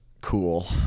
cool